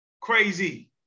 Crazy